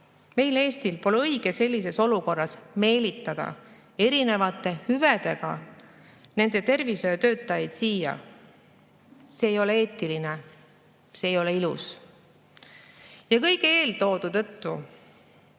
Eestis, Eestil pole õige sellises olukorras meelitada erinevate hüvedega nende tervishoiutöötajaid siia. See ei ole eetiline, see ei ole ilus. Kõige eeltoodu tõttu